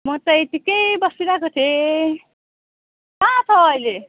म त यत्तिकै बसिरहेको थिएँ कहाँ छ अहिले